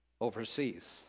overseas